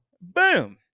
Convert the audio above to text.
boom